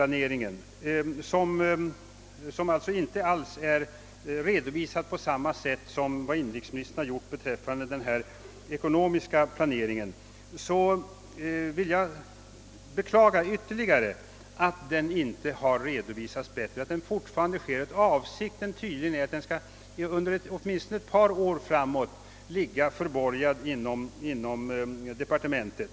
Jag beklagar att riksplaneringen inte alls har redovisats på samma sätt som inrikesministern har låtit redovisa den ekonomiska planeringen. Avsikten är tydligen att riksplaneringen under åtminstone ett par år skall ligga förborgad inom departementet.